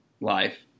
life